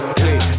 click